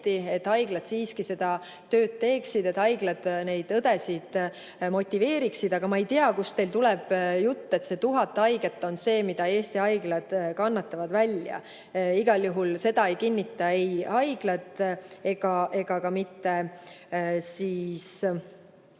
et haiglad siiski seda tööd teeksid, et haiglad neid õdesid motiveeriksid. Aga ma ei tea, kust teil tuleb jutt, et 1000 haiget on see, mida Eesti haiglad välja kannatavad. Igal juhul ei kinnita seda ei haiglad ega ka mitte ...